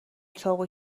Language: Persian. چاقو